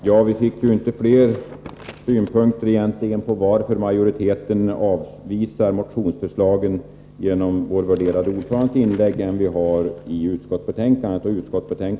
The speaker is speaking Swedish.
Herr talman! Genom vår värderade ordförandes inlägg fick vi inte fler synpunkter på varför majoriteten avspisar motionsförslaget än de som lämnas i utskottsbetänkandet.